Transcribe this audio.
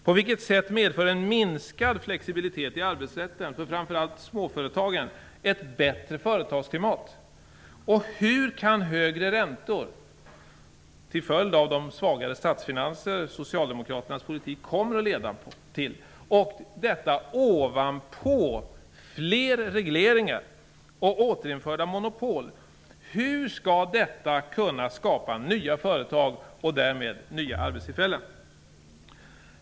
På vilket sätt medför en minskad flexibilitet i arbetsrätten för framför allt småföretagen ett bättre företagsklimat? Och hur kan högre räntor, till följd av de svagare statsfinanser socialdemokraternas politik kommer att leda till - och detta ovanpå fler regleringar och återinförda monopol -, skapa nya företag och därmed nya arbetstillfällen?